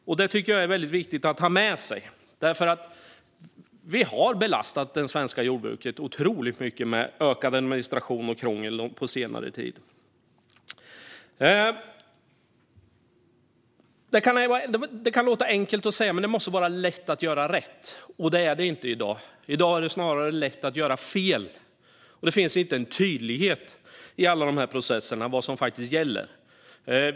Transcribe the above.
Jag tycker att det är viktigt att ha med sig, för vi har belastat det svenska jordbruket otroligt mycket genom ökad administration och ökat krångel på senare tid. Det kan låta enkelt när man säger det, men det måste vara lätt att göra rätt. Det är det inte i dag, utan i dag är det snarare lätt att göra fel. Det finns inte heller någon tydlighet om vad som faktiskt gäller i alla dessa processer.